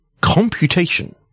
computation